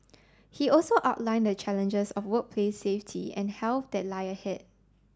he also outlined the challenges of workplace safety and health that lie ahead